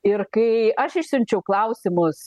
ir kai aš išsiunčiau klausimus